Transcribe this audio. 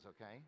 okay